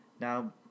Now